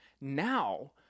Now